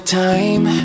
time